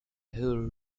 who